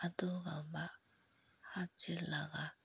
ꯑꯗꯨꯒꯨꯝꯕ ꯍꯞꯆꯤꯜꯂꯒ